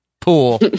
pool